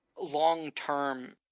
long-term